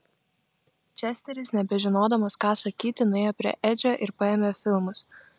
česteris nebežinodamas ką sakyti nuėjo prie edžio ir paėmė filmus